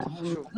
בהצלחה